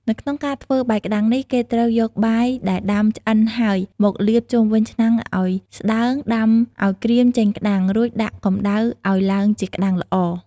នៅក្នុងការធ្វើបាយក្តាំងនេះ គេត្រូវយកបាយដែរដាំឆ្អិនហើយមកលាបជុំវិញឆ្នាំងអោយស្តើងដាំអោយក្រៀមចេញក្ដាំង រួចដាក់កម្ដៅអោយឡើងជាក្ដាំងល្អ។